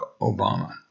Obama